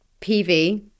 PV